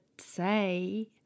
say